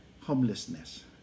homelessness